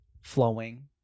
flowing